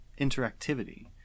interactivity